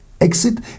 exit